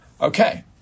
Okay